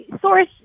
source